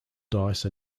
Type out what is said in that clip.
dice